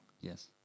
Yes